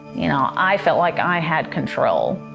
you know i felt like i had control.